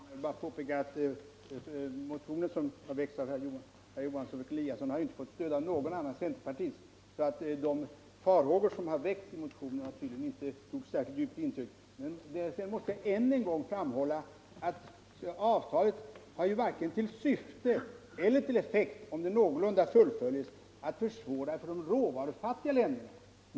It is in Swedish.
Herr talman! Jag vill bara påpeka att motionen, som har väckts av herr Olof Johansson i Stockholm, herr Andersson i Nybro och fröken Eliasson, inte har fått stöd av någon annan centerpartist. De farhågor som uttrycks i motionen har tydligen inte gjort något särskilt djupt intryck. Sedan måste jag än en gång framhålla att avtalet har varken till syfte eller till effekt att om det någorlunda fullföljs försvåra för de råvarufattiga länderna.